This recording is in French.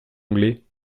anglais